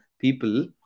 people